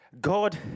God